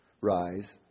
Rise